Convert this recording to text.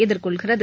எதிர்கொள்கிறது